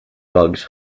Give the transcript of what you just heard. bugs